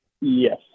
Yes